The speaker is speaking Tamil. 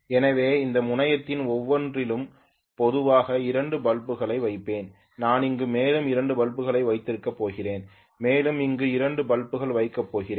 எனவே இந்த முனையத்தின் ஒவ்வொன்றிலும் பொதுவாக 2 பல்புகளை வைப்பேன் நான் இங்கு மேலும் 2 பல்புகளை வைத்திருக்கப் போகிறேன் மேலும் இங்கு 2 பல்புகள் வைக்கப் போகிறேன்